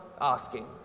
asking